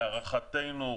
להערכתנו,